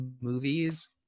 movies